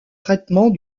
traitements